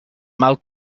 mal